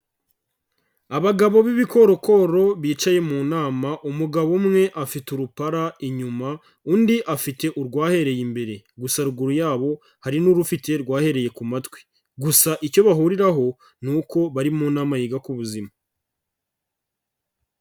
Abagabo b'ibikorokoro bicaye mu nama, umugabo umwe afite urupara inyuma, undi afite urwahereye imbere, gusa ruguru yabo hari n'urufite urwahereye ku matwi, gusa icyo bahuriraho ni uko bari mu nama yiga ku buzima.